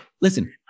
listen-